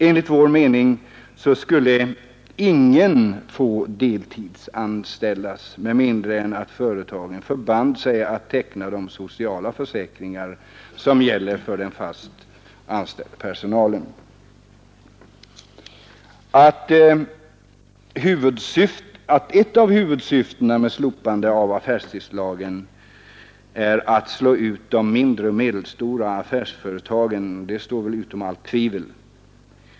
Enligt vår mening skulle ingen få deltidsanställas med mindre än att företagen förbands sig att teckna de sociala försäkringar som gäller för den fast anställda personalen. Att ett av huvudsyftena med slopandet av affärstidslagen är att slå ut de mindre och medelstora affärsföretagen står utom allt tvivel.